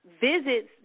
visits